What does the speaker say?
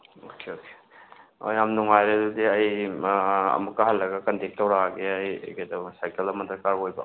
ꯑꯣꯛꯀꯦ okay ꯌꯥꯝ ꯅꯨꯉꯥꯏꯔꯦ ꯑꯗꯨꯗꯤ ꯑꯩ ꯑꯃꯨꯛꯀ ꯍꯜꯂꯒ ꯀꯣꯟꯇꯦꯛ ꯇꯧꯔꯛꯑꯒꯦ ꯑꯩ ꯀꯩꯗꯧꯕ ꯁꯥꯏꯀꯜ ꯑꯃ ꯗꯔꯀꯥꯔ ꯑꯣꯏꯕ